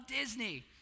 Disney